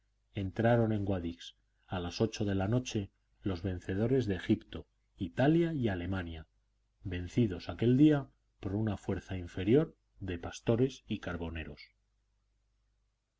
entraron en guadix a las ocho de la noche los vencedores de egipto italia y alemania vencidos aquel día por una fuerza inferior de pastores y carboneros